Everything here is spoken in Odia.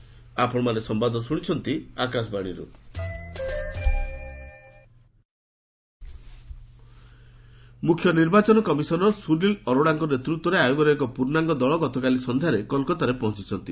ଡବୁବିସିସି ମୁଖ୍ୟନିର୍ବାଚନ କମିଶନର ସୁନୀଲ ଅରୋଡ଼ାଙ୍କ ନେତୃତ୍ୱରେ ଆୟୋଗର ଏକ ପୂର୍ଣ୍ଣାଙ୍ଗ ଦଳ ଗତକାଲି ସନ୍ଧ୍ୟାରେ କଲିକତାରେ ପହଞ୍ଚୁଛନ୍ତି